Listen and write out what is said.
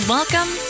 Welcome